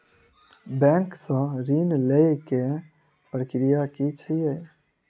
Bank सऽ ऋण लेय केँ प्रक्रिया की छीयै?